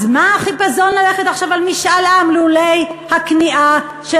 אז מה החיפזון ללכת עכשיו על משאל עם לולא הכניעה של